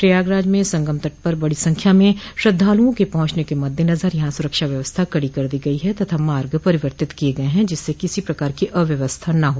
प्रयागराज में संगम तट पर बड़ी संख्या में श्रद्धालुओं के पहुंचने के मद्देनजर यहां सुरक्षा व्यवस्था कड़ी कर दी गई ह तथा मार्ग परिवर्तित किये गये हैं जिससे किसी प्रकार की अव्यवस्था न हो